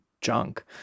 junk